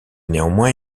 néanmoins